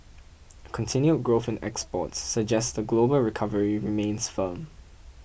a continued growth in exports suggest the global recovery remains firm